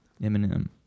Eminem